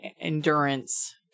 endurance